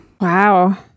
Wow